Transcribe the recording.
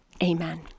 Amen